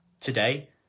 today